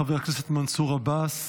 חבר הכנסת מנסור עבאס,